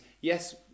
Yes